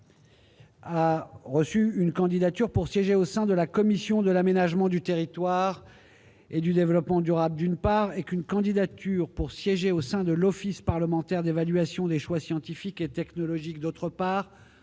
qu'une candidature pour siéger au sein de la commission de l'aménagement du territoire et du développement durable d'une part, et qu'une candidature pour siéger au sein de l'Office parlementaire d'évaluation des choix scientifiques et technologiques, d'autre part,